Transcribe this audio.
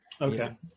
Okay